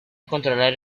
controlar